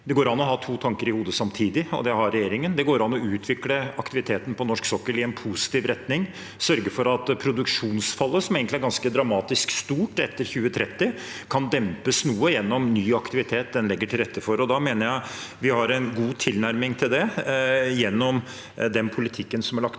Det går an å ha to tanker i hodet samtidig, og det har vi i regjeringen. Det går an å utvikle aktiviteten på norsk sokkel i en positiv retning og sørge for at produksjonsfallet, som egentlig er ganske dramatisk stort etter 2030, kan dempes noe gjennom ny aktivitet en legger til rette for. Da mener jeg vi har en god tilnærming til det gjennom den politikken som er lagt til